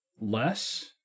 less